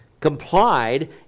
complied